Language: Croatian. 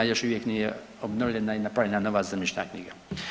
Još uvijek nije obnovljena i napravljena nova zemljišna knjiga.